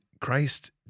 Christ